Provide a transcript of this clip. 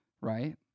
Right